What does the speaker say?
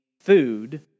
food